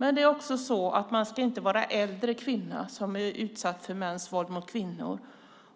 Men det är också så att man inte ska vara en äldre kvinna som är utsatt för mäns våld mot kvinnor